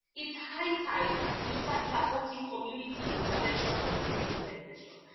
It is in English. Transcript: it's high time we start supporting community interventions on decriminalisation,